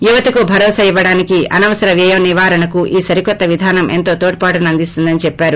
యువతకు భరోసా ఇవ్వటానికి అనవసర వ్యయం నివారణకు ఈ సరికొత్త విధానం ఎంతో తోడ్పాటును అందిస్తుందని చెప్పారు